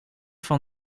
van